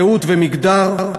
זהות ומגדר.